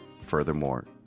Furthermore